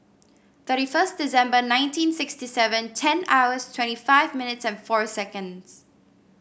thirty first December nineteen sixty seven ten hours twenty five minutes and four seconds